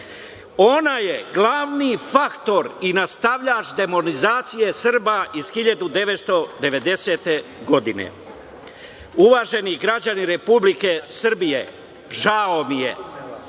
Ona je glavni faktor i nastavljač demonizacije Srba iz 1990. godine. Uvaženi građani Republike Srbije, žao mi je